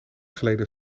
geleden